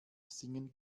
singen